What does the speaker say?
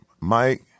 Mike